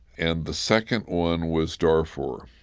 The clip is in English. and the second one was darfur.